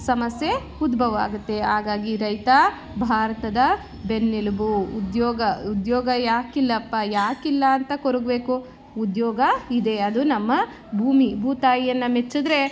ಸಮಸ್ಯೆ ಉದ್ಭವ ಆಗುತ್ತೆ ಹಾಗಾಗಿ ರೈತ ಭಾರತದ ಬೆನ್ನೆಲುಬು ಉದ್ಯೋಗ ಉದ್ಯೋಗ ಯಾಕಿಲ್ಲಪ್ಪ ಯಾಕಿಲ್ಲಾಂತ ಕೊರಗಬೇಕು ಉದ್ಯೋಗ ಇದೆ ಅದು ನಮ್ಮ ಭೂಮಿ ಭೂತಾಯಿಯನ್ನ ನೆಚ್ಚದ್ರೆ